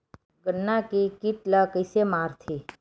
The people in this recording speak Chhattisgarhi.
गन्ना के कीट ला कइसे मारथे?